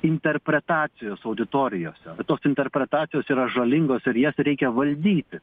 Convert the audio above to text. interpretacijos auditorijose tos interpretacijos yra žalingos ir jas reikia valdyti